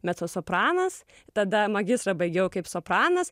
mecosopranas tada magistrą baigiau kaip sopranas